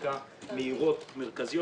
הפנייה שלי בעניין קרן העושר.